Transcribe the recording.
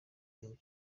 gihugu